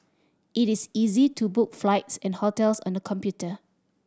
it is easy to book flights and hotels on the computer